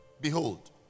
Behold